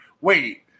Wait